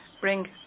bring